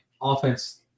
Offense